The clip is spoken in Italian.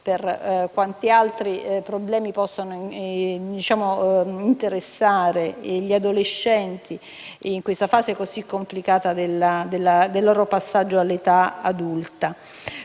per quanti altri problemi possano interessare gli adolescenti, in questa fase così complicata del loro passaggio all'età adulta.